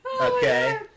okay